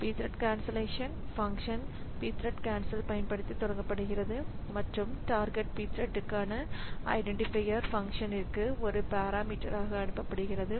pthread cancellation function pthread cancel பயன்படுத்தி தொடங்கப்படுகிறது மற்றும் டார்கெட் Pthread க்கான ஐடென்ட்டிபையர் ஃபங்ஷன்ற்கு ஒரு பேராமீட்டர் ஆக அனுப்பப்படுகிறது